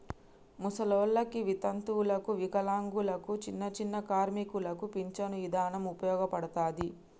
ముసలోల్లకి, వితంతువులకు, వికలాంగులకు, చిన్నచిన్న కార్మికులకు పించను ఇదానం ఉపయోగపడతది